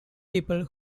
people